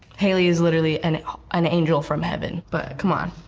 hailey is literally an an angel from heaven, but come on,